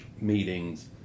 meetings